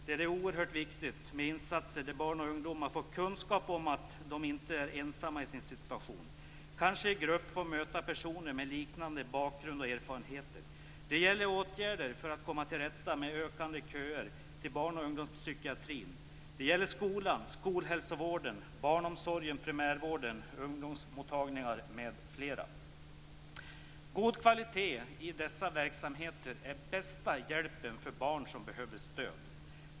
Där är det oerhört viktigt med insatser så att barn och ungdomar får kunskap om att de inte är ensamma i sin situation. De kan kanske i grupp få möta personer med liknande bakgrund och erfarenheter. Det gäller åtgärder för att komma till rätta med ökande köer till barn och ungdomspsykiatrin. Det gäller skolan, skolhälsovården, barnomsorgen, primärvården, ungdomsmottagningar m.m. God kvalitet i dessa verksamheter är bästa hjälpen för barn som behöver stöd.